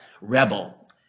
rebel